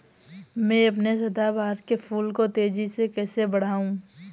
मैं अपने सदाबहार के फूल को तेजी से कैसे बढाऊं?